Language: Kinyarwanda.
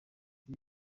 ati